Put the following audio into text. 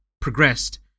progressed